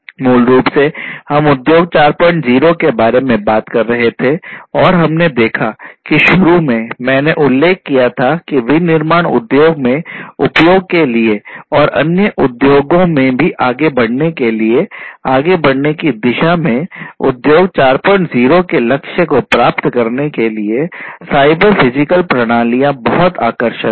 मूल रूप से हम उद्योग 40 के बारे में बात कर रहे थे और हमने देखा है कि शुरू में मैंने उल्लेख किया था कि विनिर्माण उद्योग में उपयोग के लिए और अन्य उद्योगों में भी आगे बढ़ने के लिए आगे बढ़ने की दिशा में उद्योग 40 के लक्ष्य को प्राप्त करने के लिए साइबर फिजिकल प्रणालियाँ बहुत आकर्षक हैं